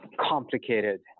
complicated